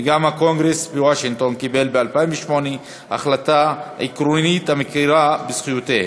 וגם הקונגרס בוושינגטון קיבל ב-2008 החלטה עקרונית המכירה בזכויותיהם.